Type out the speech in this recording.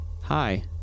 Hi